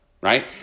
right